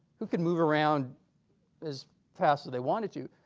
who can move around as fast so they wanted to,